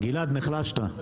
גלעד, נחלשת.